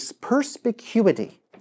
perspicuity